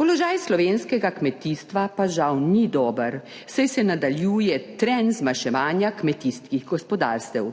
Položaj slovenskega kmetijstva pa žal ni dober, saj se nadaljuje trend zmanjševanja kmetijskih gospodarstev,